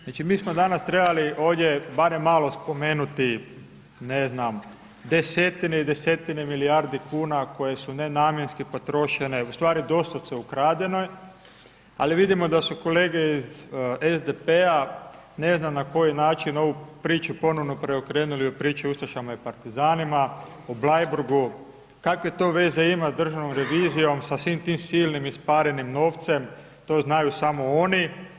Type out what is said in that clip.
Znači mi smo danas trebali ovdje, barem malo spomenuti ne znam, 10 i 10 milijarde kuna, koji su nenamjenske potrošene, ustvari doslovce ukradene, ali vidimo da su kolege iz SDP-a, ne znam na koji način ovu priču, ponovno preokrenuli u priču o ustašama i partizanima, o Bleiburgu, kakve to veze ima sa Državnom revizijom, sa svim tim silnim i isparenim novcem, to znaju samo oni.